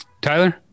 Tyler